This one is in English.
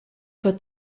put